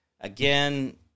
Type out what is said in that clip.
Again